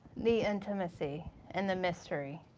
the intimacy and the mystery.